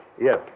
Yes